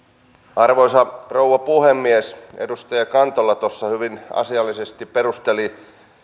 arvoisa rouva puhemies edustaja kantola tuossa hyvin asiallisesti perusteli